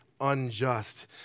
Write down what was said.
unjust